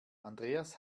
andreas